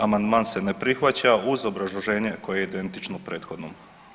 Amandman se ne prihvaća uz obrazloženje koje je identično prethodnom.